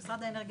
משרד האנרגיה